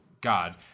God